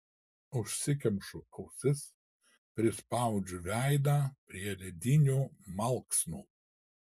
užsikemšu ausis prispaudžiu veidą prie ledinių malksnų